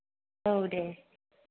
औ दे